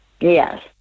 Yes